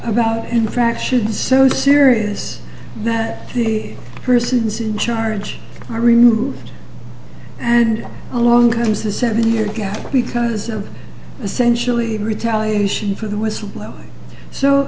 about infractions so serious that the persons in charge are removed and along comes a seven year gap because of essentially retaliation for the whistleblower so